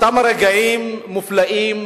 אותם רגעים מופלאים,